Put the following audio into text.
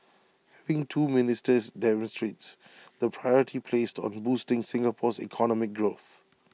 having two ministers demonstrates the priority placed on boosting Singapore's economic growth